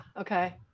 okay